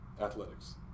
athletics